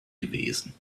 gewesen